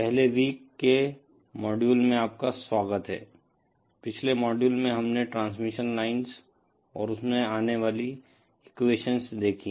पहले वीक के मॉड्यूल में आपका स्वागत है पिछले मॉड्यूल में हमने ट्रांसमिशन लाइन्स और उसमे आने वाली एक्वेशन्स देखी